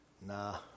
Nah